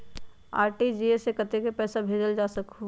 RTGS से कतेक पैसा भेजल जा सकहु???